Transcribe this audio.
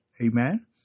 Amen